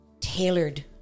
tailored